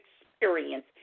experience